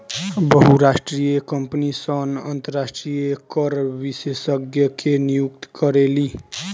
बहुराष्ट्रीय कंपनी सन अंतरराष्ट्रीय कर विशेषज्ञ के नियुक्त करेली